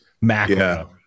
macro